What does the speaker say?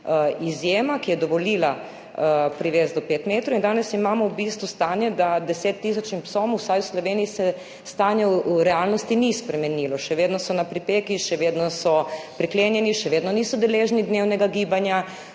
izjema, ki je dovolila privesti do 5 metrov in danes imamo v bistvu stanje, da 10 tisočim psom, vsaj v Sloveniji, se stanje v realnosti ni spremenilo; še vedno so na pripeki in še vedno so priklenjeni, še vedno niso deležni dnevnega gibanja,